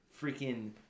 Freaking